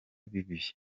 bibi